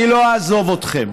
אני לא אעזוב אתכם.